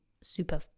super